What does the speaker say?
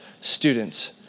students